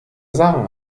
sachen